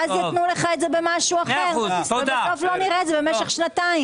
ואז יתנו לך את זה במשהו אחר ובסוף לא נראה את זה במשך שנתיים.